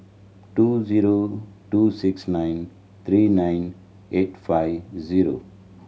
two zero two six nine three nine eight five zero